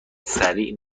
سریع